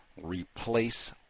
Replace